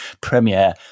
premiere